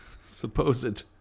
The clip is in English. supposed